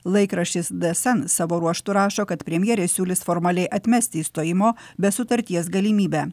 laikraštis d es en savo ruožtu rašo kad premjerė siūlys formaliai atmesti išstojimo be sutarties galimybę